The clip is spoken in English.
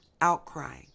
outcry